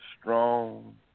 strong